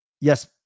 Yes